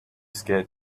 scared